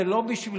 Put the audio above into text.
זה לא בשבילך.